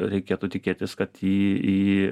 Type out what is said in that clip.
reikėtų tikėtis kad jį jį